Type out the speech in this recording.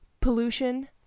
pollution